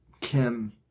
...Kim